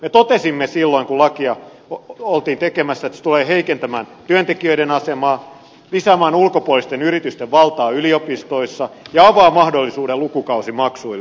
me totesimme silloin kun lakia oltiin tekemässä että se tulee heikentämään työntekijöiden asemaa lisäämään ulkopuolisten yritysten valtaa yliopistoissa ja avaamaan mahdollisuuden lukukausimaksuille